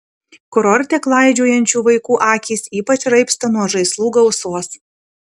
kurorte klaidžiojančių vaikų akys ypač raibsta nuo žaislų gausos